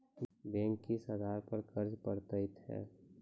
Bank किस आधार पर कर्ज पड़तैत हैं?